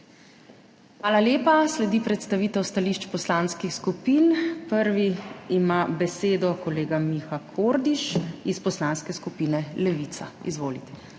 Hvala lepa. Sledi predstavitev stališč poslanskih skupin. Prvi ima besedo kolega Miha Kordiš iz Poslanske skupine Levica. Izvolite.